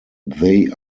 they